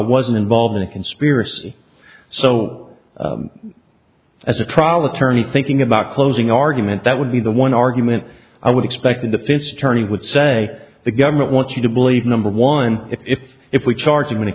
wasn't involved in a conspiracy so as a trial attorney thinking about closing argument that would be the one argument i would expect the defense attorney would say the government wants you to believe number one if if we charging